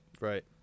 Right